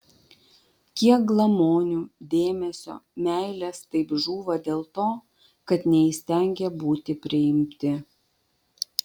kiek glamonių dėmesio meilės taip žūva dėl to kad neįstengė būti priimti